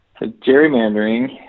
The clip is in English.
Gerrymandering